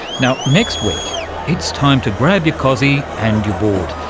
now, next week it's time to grab your cossie and your board,